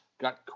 Got